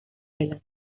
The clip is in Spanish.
reloj